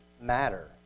matter